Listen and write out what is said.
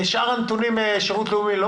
את שאר הסכומים השירות הלאומי לא